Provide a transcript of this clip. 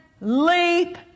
leap